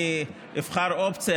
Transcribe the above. אני אבחר אופציה,